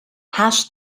hash